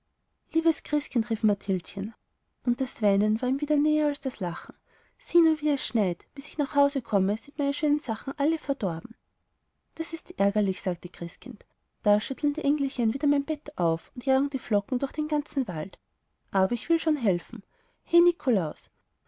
liebes christkind rief mathildchen und das weinen war ihm wieder näher als das lachen sieh nur wie es schneit bis ich nach hause komme sind meine schönen sachen alle verdorben das ist ärgerlich sagte christkind da schütteln die engelchen wieder mein bett auf und jagen die flocken durch den ganzen wald aber ich will schon helfen he nikolaus